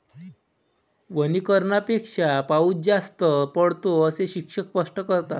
वनीकरणापेक्षा पाऊस जास्त पडतो, असे शिक्षक स्पष्ट करतात